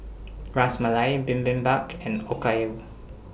Ras Malai Bibimbap and Okayu